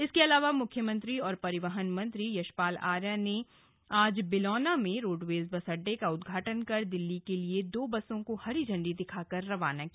इसके अलावा मुख्यमंत्री और परिवन मंत्री यशपाल आर्या ने आज बिलौना में रोडवेज बस अड्डे का उद्घाटन कर दिल्ली के लिए दो बसों को हरी झंड़ी दिखाकर रवाना किया